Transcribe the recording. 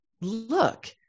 look